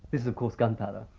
this is, of course, gunpowder.